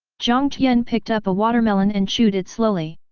jiang tian picked up a watermelon and chewed it slowly.